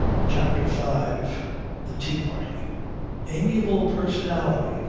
chapter five the tea-party amiable personality,